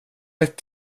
rätt